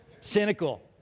Cynical